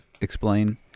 explain